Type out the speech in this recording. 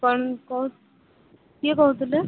କ'ଣ କହୁ କିଏ କୋହୁଥୁଲେ